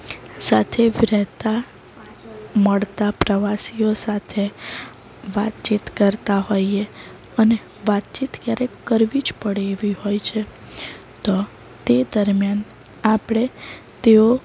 સાથે રહેતા મળતા પ્રવાસીઓ સાથે વાતચીત કરતા હોઈએ અને વાતચીત ક્યારેક કરવી જ પડે એવી હોય છે તો તે દરમ્યાન આપણે તેઓ